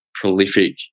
prolific